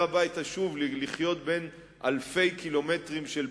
הביתה שוב לחיות בין אלפי קילומטרים של בטון,